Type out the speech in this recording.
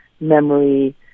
memory